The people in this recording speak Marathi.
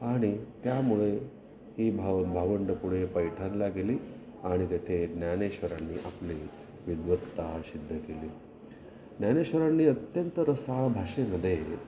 आणि त्यामुळे ही भाव भावंडं पुढे पैठणला गेली आणि तेथे ज्ञानेश्वरांनी आपली विद्वत्ता सिद्ध केली ज्ञानेश्वरांनी अत्यंत रसाळ भाषेमध्ये